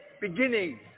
beginning